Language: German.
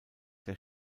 der